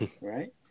Right